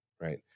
right